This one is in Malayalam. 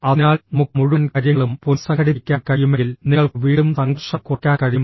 അതിനാൽ നമുക്ക് മുഴുവൻ കാര്യങ്ങളും പുനസംഘടിപ്പിക്കാൻ കഴിയുമെങ്കിൽ നിങ്ങൾക്ക് വീണ്ടും സംഘർഷം കുറയ്ക്കാൻ കഴിയും